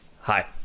Hi